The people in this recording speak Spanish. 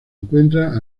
encuentra